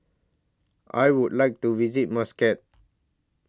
I Would like to visit Muscat